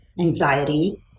anxiety